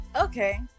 Okay